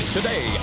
Today